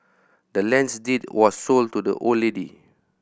the land's deed was sold to the old lady